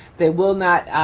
they will not